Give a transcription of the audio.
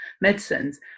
medicines